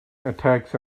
attacks